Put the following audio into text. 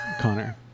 Connor